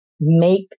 make